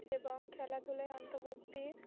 এবং খেলাধুলায় অন্ধভক্তি